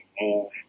move